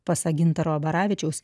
pasak gintaro abaravičiaus